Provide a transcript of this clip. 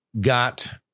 got